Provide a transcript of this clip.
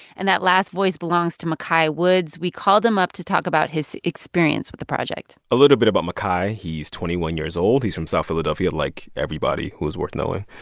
and that last voice belongs to mikhi woods. we called him up to talk about his experience with the project a little bit about mikhi he's twenty one years old. he's from south philadelphia, like everybody who is worth knowing.